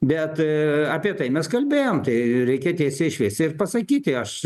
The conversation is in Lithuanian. bet apie tai mes kalbėjom tai reikia tiesiai šviesiai ir pasakyti aš